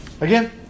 Again